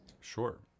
Sure